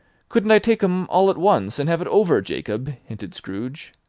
couldn't i take em all at once, and have it over, jacob? hinted scrooge.